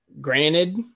Granted